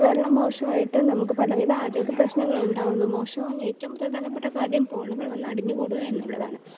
വെള്ളം മോശമായിട്ട് നമുക്ക് പലവിധ ആരോഗ്യ പ്രശ്നങ്ങളുണ്ടാകുന്നു മോശമാകാൻ ഏറ്റവും പ്രധാനപ്പെട്ട കാര്യം പോളുകൾ വന്നു അടിഞ്ഞു കൂടുക എന്നുള്ളതാണ്